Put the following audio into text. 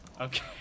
Okay